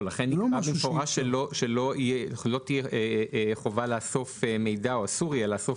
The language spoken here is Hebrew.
לכן נאמר שלא תהיה חובה לאסוף מידע או אסור יהיה לאסוף